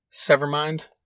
Severmind